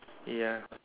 ya